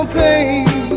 pain